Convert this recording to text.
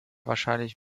wahrscheinlich